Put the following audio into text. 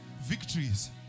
victories